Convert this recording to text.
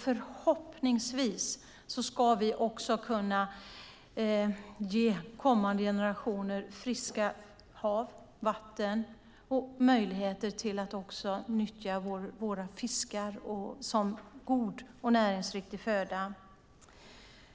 Förhoppningsvis kan vi ge kommande generationer friska hav, friskt vatten och möjlighet att äta våra fiskar som god och näringsriktig föda.